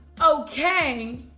okay